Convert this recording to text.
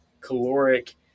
caloric